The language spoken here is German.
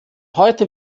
heute